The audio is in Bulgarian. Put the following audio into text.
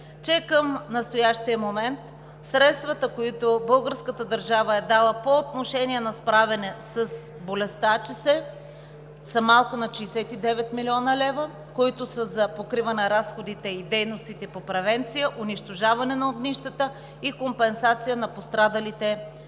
че към настоящия момент средствата, които българската държава е дала по отношение на справяне с болестта африканска чума по свинете са малко над 69 млн. лв., които са за покриване на разходите и дейностите по превенция – унищожаване на огнищата и компенсация на пострадалите ферми.